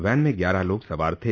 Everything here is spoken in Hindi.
वैन में ग्यारह लोग सवार थे